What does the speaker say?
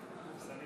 מצביע